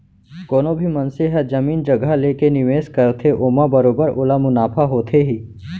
कोनो भी मनसे ह जमीन जघा लेके निवेस करथे ओमा बरोबर ओला मुनाफा होथे ही